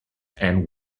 and